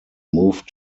moved